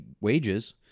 wages